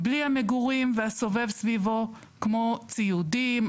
בלי המגורים והסובב סביבו כמו ציודים,